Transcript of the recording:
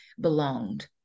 belonged